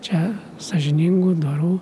čia sąžiningų dorų